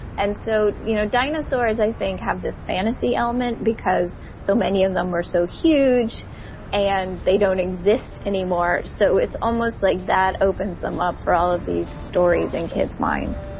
and so you know dinosaurs i think have this fantasy element because so many of them were so huge and they don't exist anymore, so it's almost like that opens them up for all of these stories in kids' minds.